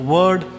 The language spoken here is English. Word